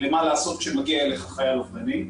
מה לעשות כשמגיע אליך חייל אובדני.